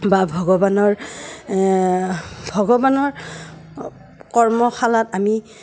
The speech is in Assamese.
বা ভগৱানৰ ভগৱানৰ কৰ্মশালাত আমি